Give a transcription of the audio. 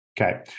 Okay